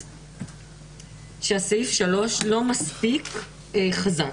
סעיף 3 לא מספיק חזק.